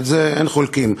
על זה אין חולקין.